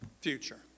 future